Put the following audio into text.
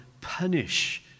punish